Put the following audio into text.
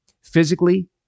physically